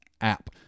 app